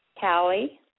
Callie